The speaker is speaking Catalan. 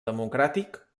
democràtic